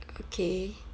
okay